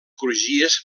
crugies